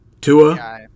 Tua